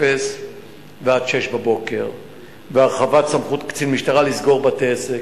ועד 06:00 והרחבת סמכות קצין משטרה לסגור בתי-עסק.